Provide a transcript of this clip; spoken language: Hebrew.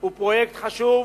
הוא פרויקט חשוב,